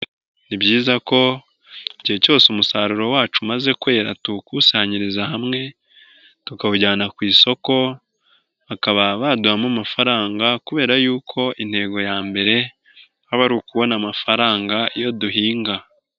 Ni byiza ko igihe cyose umusaruro wacu umaze kwera tuwukusanyiriza hamwe, tukawujyana ku isoko, bakaba baduhamo amafaranga kubera yuko intego ya mbere aba ari ukubona amafaranga, iyo duhinga.